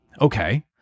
Okay